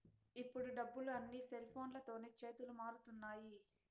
ఇప్పుడు డబ్బులు అన్నీ సెల్ఫోన్లతోనే చేతులు మారుతున్నాయి